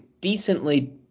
decently